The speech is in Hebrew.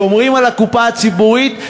שומרים על הקופה הציבורית,